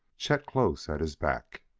chet close at his back.